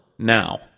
Now